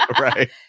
right